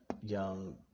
young